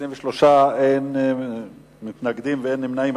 23, אין מתנגדים, אין נמנעים.